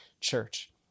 church